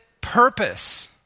purpose